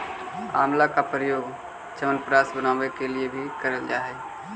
आंवला का प्रयोग च्यवनप्राश बनाने के लिए भी करल जा हई